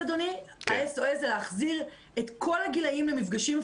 האס.או.אס זה להחזיר את כל הגילאים למפגשים פרונטליים.